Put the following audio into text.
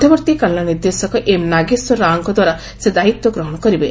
ମଧ୍ୟବର୍ତ୍ତୀକାଳୀନ ନିର୍ଦ୍ଦେଶକ ଏମ୍ ନାଗେଶ୍ୱର ରାଓଙ୍କଠାରୁ ସେ ଦାୟିତ୍ୱ ଗ୍ରହଣ କରିବେ